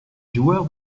joueur